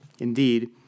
Indeed